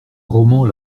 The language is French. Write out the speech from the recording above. roman